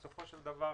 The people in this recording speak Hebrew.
בסופו של דבר